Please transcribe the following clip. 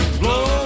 blow